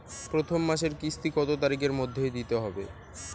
প্রথম মাসের কিস্তি কত তারিখের মধ্যেই দিতে হবে?